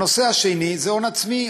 הנושא השני הוא הון עצמי.